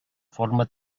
forma